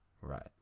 Right